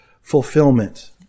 fulfillment